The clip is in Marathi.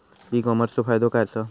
ई कॉमर्सचो फायदो काय असा?